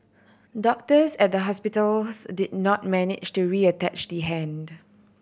doctors at the hospitals did not manage to reattach the hand